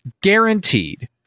Guaranteed